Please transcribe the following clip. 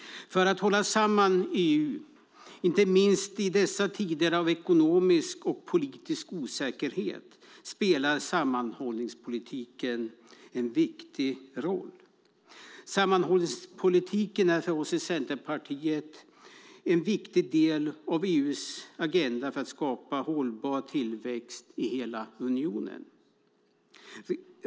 För att hålla samman EU, inte minst i dessa tider av ekonomisk och politisk osäkerhet, spelar sammanhållningspolitiken en viktig roll. Sammanhållningspolitiken är för oss i Centerpartiet en viktig del av EU:s agenda för att skapa hållbar tillväxt i hela unionen.